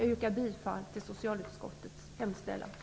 Jag yrkar bifall till socialutskottets hemställan.